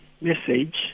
message